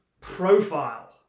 profile